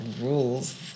rules